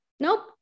nope